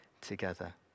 together